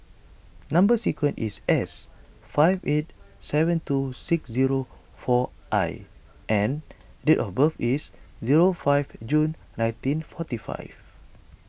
Number Sequence is S five eight seven two six zero four I and date of birth is zero five June nineteen forty five